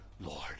Lord